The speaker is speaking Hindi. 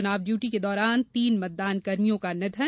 चुनाव डयूटी के दौरान तीन मतदानकर्मियों का निधन